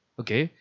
okay